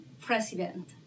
President